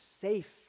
safe